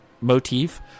motif